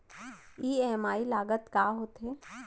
EMI लागत का होथे?